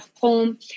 home